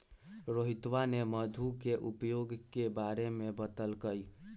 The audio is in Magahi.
रोहितवा ने मधु के उपयोग के बारे में बतल कई